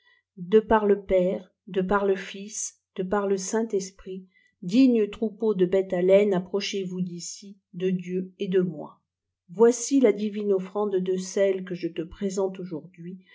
de par le père de par le fils de par le saint lesprit digne troupeau de bêtps à laine approchez voùs d'ici de dieu et de moi vsici la divine offrande de sel que je te présente aujourd'hui